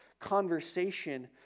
conversation